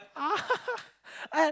ah